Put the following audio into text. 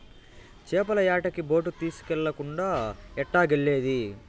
చేపల యాటకి బోటు తీస్కెళ్ళకుండా ఎట్టాగెల్లేది